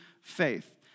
faith